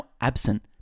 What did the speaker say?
absent